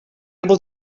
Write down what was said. able